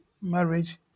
marriage